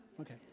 Okay